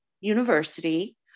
University